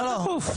מה דחוף?